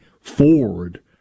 forward